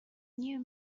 new